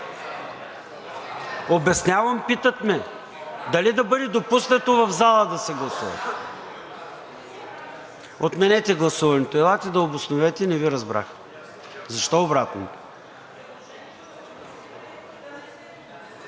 Обяснявам, питат ме дали да бъде допуснато в залата да се гласува. Отменете гласуването. Елате да обосновете, не Ви разбрах. Защо обратното?